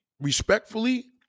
respectfully